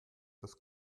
das